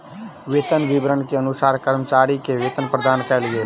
वेतन विवरण के अनुसार कर्मचारी के वेतन प्रदान कयल गेल